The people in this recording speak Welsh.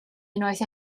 unwaith